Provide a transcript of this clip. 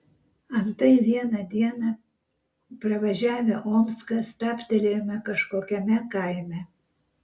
antai vieną dieną pravažiavę omską stabtelėjome kažkokiame kaime